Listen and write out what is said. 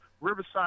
Riverside